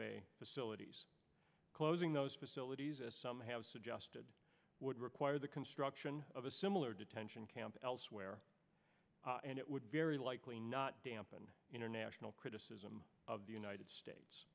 bay facilities closing those facilities as some have suggested would require the construction of a similar detention camp elsewhere and it would be very likely not dampen international criticism of the united states